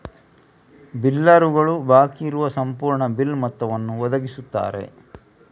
ಬಿಲ್ಲರುಗಳು ಬಾಕಿ ಇರುವ ಸಂಪೂರ್ಣ ಬಿಲ್ ಮೊತ್ತವನ್ನು ಒದಗಿಸುತ್ತಾರೆ